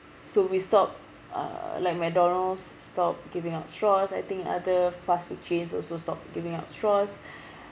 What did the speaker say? so we stop uh like McDonald's stopped giving out straws I think other fast food chains also stopped giving out straws